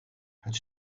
het